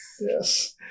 Yes